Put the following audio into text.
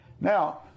Now